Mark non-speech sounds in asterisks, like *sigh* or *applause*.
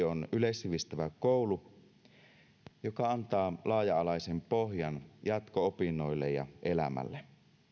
*unintelligible* on yleissivistävä koulu joka antaa laaja alaisen pohjan jatko opinnoille ja elämälle